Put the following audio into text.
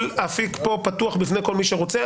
כל אפיק פה פתוח בפני כל מי שרוצה.